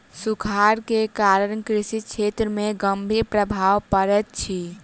सूखाड़ के कारण कृषि क्षेत्र में गंभीर प्रभाव पड़ैत अछि